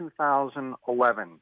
2011